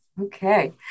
okay